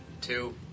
two